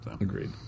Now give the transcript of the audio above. Agreed